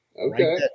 Okay